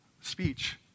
speech